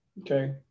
okay